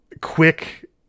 Quick